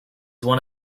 one